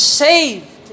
saved